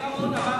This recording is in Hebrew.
חיים רמון אמר,